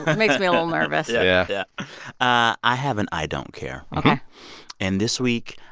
makes me a little nervous yeah yeah i have an i don't care ok and this week,